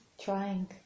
trying